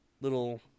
little